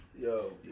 yo